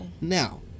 Now